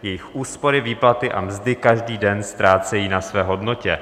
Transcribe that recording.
Jejich úspory, výplaty a mzdy každý den ztrácejí na své hodnotě.